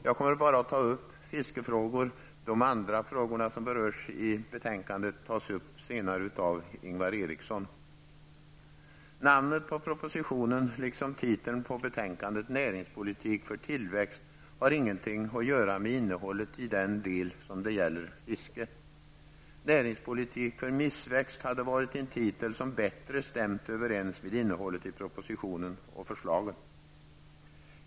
Jag kommer bara att ta upp fiskefrågor; de andra frågor som berörs i betänkandet tas upp senare av Namnet på propositionen liksom titeln på betänkandet, Näringspolitik för tillväxt, har ingenting att göra med innehållet i den del som gäller fiske. Näringspolitik för missväxt hade varit en titel som bättre stämt överens med innehållet i propositionen och förslagen.